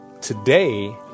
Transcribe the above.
Today